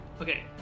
okay